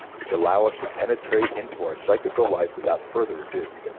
which allow us to penetrate into our psychical life without further ado.